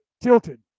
Tilted